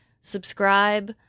subscribe